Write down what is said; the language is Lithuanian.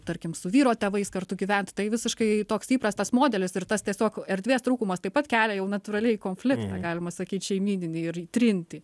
tarkim su vyro tėvais kartu gyvent tai visiškai toks įprastas modelis ir tas tiesiog erdvės trūkumas taip pat kelia jau natūraliai konfliktą galima sakyt šeimyninį ir trintį